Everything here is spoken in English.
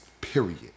period